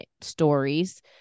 stories